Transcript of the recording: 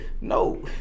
No